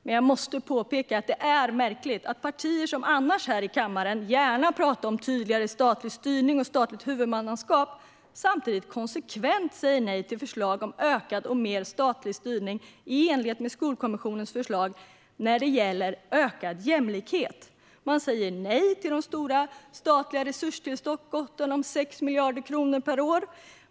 Men jag måste påpeka att det är märkligt att partier som annars här i kammaren gärna talar om tydligare statlig styrning och statligt huvudmannaskap konsekvent säger nej till förslag om ökad statlig styrning i enlighet med Skolkommissionens förslag när det gäller ökad jämlikhet. Man säger nej till de stora statliga resurstillskotten om 6 miljarder kronor per år.